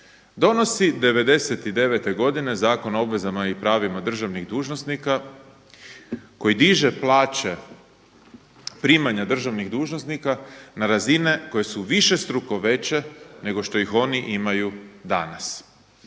donosi 1999. godine Zakon o obvezama i pravima državnih dužnosnika koji diže plaće, primanja državnih dužnosnika na razine koje su višestruko veće nego što ih oni imaju danas.